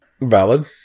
Valid